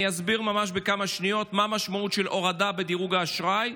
אני אסביר ממש בכמה שניות מה המשמעות של הורדה בדירוג האשראי.